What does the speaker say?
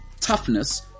toughness